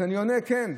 אז אני עונה: כן.